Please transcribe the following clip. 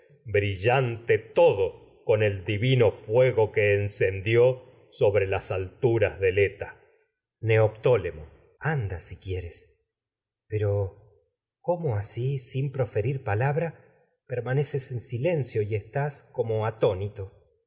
brillante todo con el divino fué go que encendió sobre las alturas del eta neoptólemo anda si quieres pero cómo así sin en proferir palabra atónito filoctetes permaneces silencio y estás como